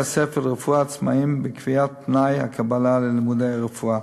בתי-הספר לרפואה עצמאיים בקביעת תנאי הקבלה ללימודי הרפואה.